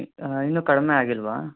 ಇನ್ನೂ ಕಡಿಮೆ ಆಗಿಲ್ಲವಾ